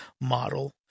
model